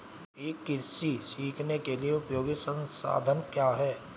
ई कृषि सीखने के लिए उपयोगी संसाधन क्या हैं?